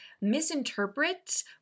misinterpret